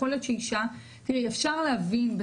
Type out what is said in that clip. אפשר להבין,